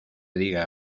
diga